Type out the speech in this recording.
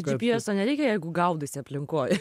džy py eso nereikia jeigu gaudaisi aplinkoj